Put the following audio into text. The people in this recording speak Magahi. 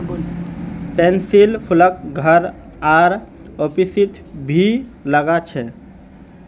पैन्सीर फूलक घर आर ऑफिसत भी लगा छे